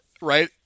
right